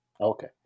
Okay